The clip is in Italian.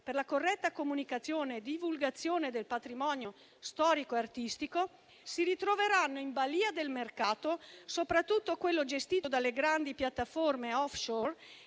per la corretta comunicazione e divulgazione del patrimonio storico e artistico, si ritroveranno in balia del mercato, soprattutto quello gestito dalle grandi piattaforme *offshore*,